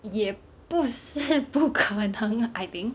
也不是不可能 I think